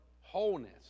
Wholeness